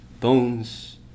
bones